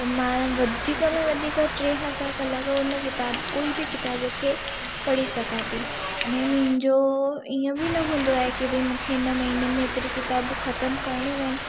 त मां वधीक में वधीक टे खां चारि कलाक उन किताब कोई बि किताब खे पढ़ी सघां थी अने मुंहिंजो ईअं बि न हूंदो आहे की भई मूंखे इन महीने में हेतिरी किताबु ख़तमु करणियूं आहिनि